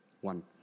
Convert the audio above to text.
one